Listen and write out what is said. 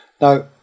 Now